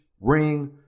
ring